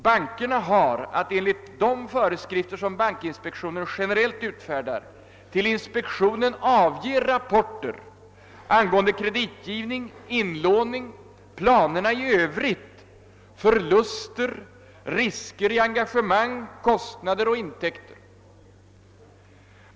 Bankerna har att enligt de föreskrifter, som bankinspektionen generellt utfärdar, till inspektionen avge rappor ter angående kreditgivning, inlåning, planerna i övrigt, förluster, risker i engagemang, kostnader och intäkter.